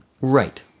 Right